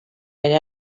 ere